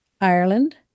Ireland